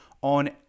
on